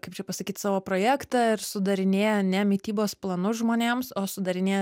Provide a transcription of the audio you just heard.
kaip čia pasakyt savo projektą ir sudarinėja ne mitybos planus žmonėms o sudarinėja